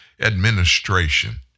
administration